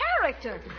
character